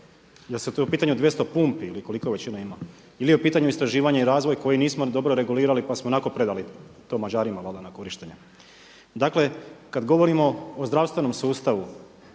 Je li je tu u pitanju 200 pumpi ili koliko već INA ima ili je u pitanju istraživanje i razvoj koji nismo dobro regulirali pa smo ionako predali to Mađarima valjda na korištenje. Dakle kada govorimo o zdravstvenom sustavu,